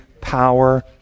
power